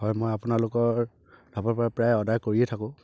হয় মই আপোনালোকৰ ধাবাৰপৰা প্ৰায় অৰ্ডাৰ কৰিয়ে থাকোঁ